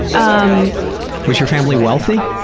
um was your family wealthy?